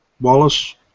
Wallace